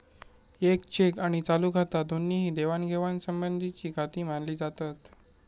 येक चेक आणि चालू खाता दोन्ही ही देवाणघेवाण संबंधीचीखाती मानली जातत